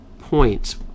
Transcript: points